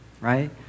right